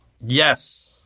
Yes